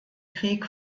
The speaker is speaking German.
krieg